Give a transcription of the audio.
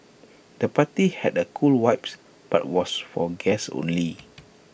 the party had A cool vibes but was for guests only